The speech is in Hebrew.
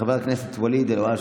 חבר הכנסת ואליד אל הואשלה.